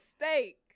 mistake